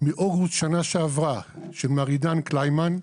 מאוגוסט שנה שעברה, של מר עידן קליימן,